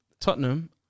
Tottenham